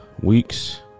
weeks